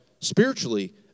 spiritually